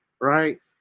right